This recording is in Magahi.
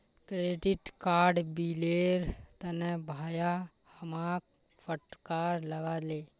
क्रेडिट कार्ड बिलेर तने भाया हमाक फटकार लगा ले